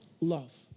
love